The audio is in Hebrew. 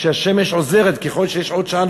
שהשמש עוזרת ככל שיש עוד שעה,